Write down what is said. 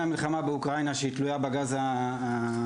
המלחמה באוקראינה שהיא תלויה בגז הרוסי.